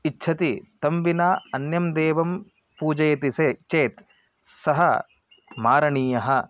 इच्छति तं विना अन्यं देवं पूजयति चेत् चेत् सः मारणीयः